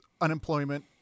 unemployment